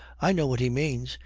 i know what he means.